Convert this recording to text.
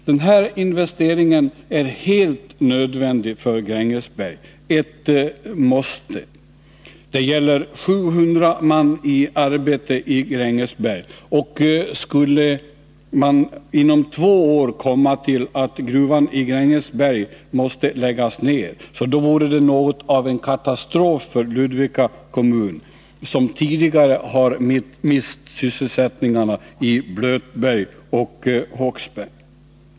Denna investering är helt nödvändig för Grängesberg — ett måste! Det gäller 700 man i arbete i Grängesberg. Skulle man inom två år komma till slutsatsen att gruvan i Grängesberg måste läggas ner, skulle det vara något av en katastrof för Ludvika kommun, som tidigare har mist sysselsättningarna i Blötberg och Håksberg.